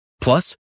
Plus